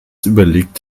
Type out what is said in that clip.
überlegt